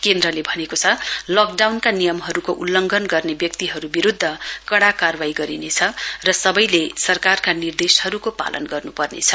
केन्द्रले भनेको छ लकडाउनका नियमहरुको उल्लंघन गर्ने व्यक्तिहरु विरुद्ध कड़ा कारवाई गरिनेछ र सबैले सरकारका निर्देशहरुको पालन गर्नुपर्नेछ